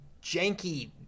janky